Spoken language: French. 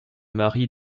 mari